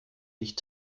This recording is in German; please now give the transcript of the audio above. nicht